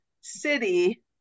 city